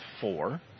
four